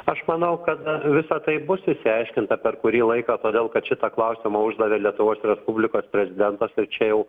aš manau kad visa tai bus išsiaiškinta per kurį laiką todėl kad šitą klausimą uždavė lietuvos respublikos prezidentas tai čia jau